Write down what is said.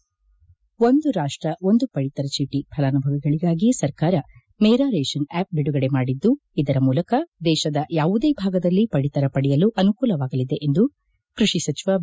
ಒಂದು ರಾಷ್ಟ್ರ ಒಂದು ಪಡಿತರ ಚೀಟಿ ಫಲಾನುಭವಿಗಳಿಗಾಗಿ ಸರ್ಕಾರ ಮೇರಾ ರೇಷನ್ ಅಪ್ ಬಿಡುಗಡೆ ಮಾಡಿದ್ದು ಇದರ ಮೂಲಕ ದೇಶದ ಯಾವುದೇ ಭಾಗದಲ್ಲಿ ಪಡಿತರ ಪಡೆಯಲು ಅನುಕೂಲವಾಗಲಿದೆ ಎಂದು ಕೃಷಿ ಸಚಿವ ಬಿ